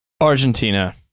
Argentina